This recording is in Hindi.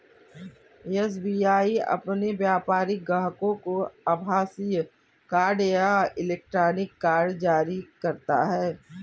एस.बी.आई अपने व्यापारिक ग्राहकों को आभासीय कार्ड या इलेक्ट्रॉनिक कार्ड जारी करता है